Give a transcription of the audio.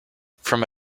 from